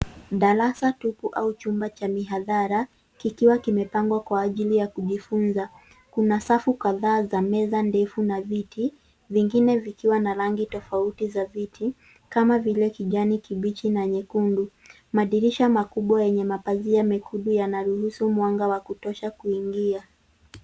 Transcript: Darasa tupu au chumba cha mihadhara, kikiwa kimepangwa kwa ajili ya kujifunza. Kuna safu kadhaa za meza ndefu na viti, vingine vikiwa na rangi tofauti za viti, kama vile kijani kibichi na nyekundu. Madirisha makubwa yenye mapazia mekundu yanaruhusu mwanga wa kutosha kuingia.